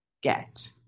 get